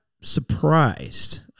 surprised